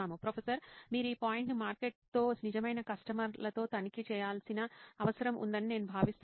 professor మీరు ఈ పాయింట్ను మార్కెట్తో నిజమైన కస్టమర్లతో తనిఖీ చేయాల్సిన అవసరం ఉందని నేను భావిస్తున్నాను